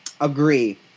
Agree